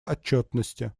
отчетности